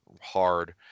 hard